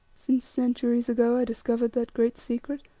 since centuries ago i discovered that great secret,